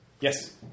Yes